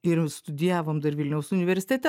ir studijavom dar vilniaus universitete